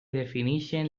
defineixen